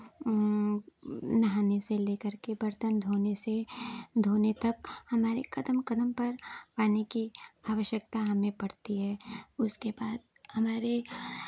नहाने से लेकर के बर्तन धोने से धोने तक हमारे कदम कदम पर पानी की आवश्यकता हमें पड़ती है उसके बाद हमारे